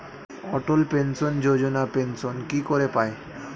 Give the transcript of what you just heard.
অটল pension Yojana pension কি করে পায়?